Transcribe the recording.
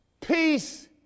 peace